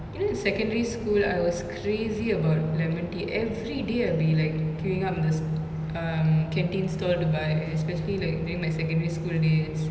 you know secondary school I was crazy about lemon tea everyday I'll be like queuing up in the um canteen stall to buy especially like during my secondary school days